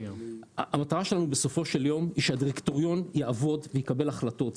המטרה שלנו בסופו של יום היא שהדירקטוריון יעבוד ויקבל החלטות.